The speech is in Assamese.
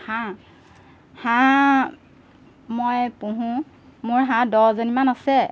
হাঁহ হাঁহ মই পোহো মোৰ হাঁহ দহজনীমান আছে